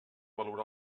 valorar